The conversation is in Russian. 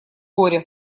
горя